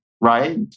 right